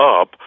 up